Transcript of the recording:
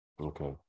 Okay